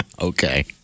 Okay